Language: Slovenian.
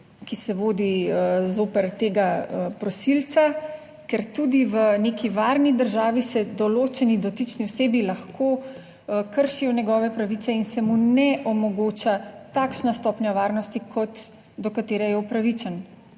ki se vodi zoper tega prosilca, ker tudi v neki varni državi se določeni dotični osebi lahko kršijo njegove pravice in se mu ne omogoča takšna stopnja varnosti kot, do katere je upravičen